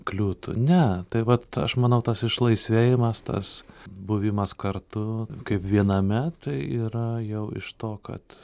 kliūtų ne tai vat aš manau tas išlaisvėjimas tas buvimas kartu kaip viename tai yra jau iš to kad